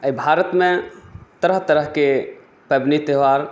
एहि भारतमे तरह तरहके पबनि त्यौहार